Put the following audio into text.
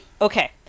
Okay